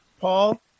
paul